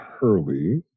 Hurley